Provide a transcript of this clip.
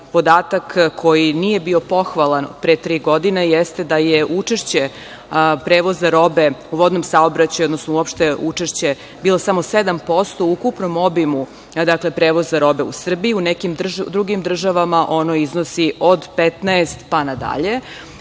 Podatak koji nije bio pohvalan pre tri godine jeste da je učešće prevoza robe u vodnom saobraćaju, odnosno uopšte učešće bilo samo 7% u ukupnom obimu prevoza robe u Srbiju, u nekim drugim državama ono iznosi od 15 pa na dalje.